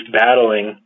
battling